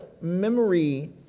memory